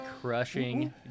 crushing